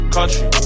Country